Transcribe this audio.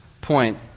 point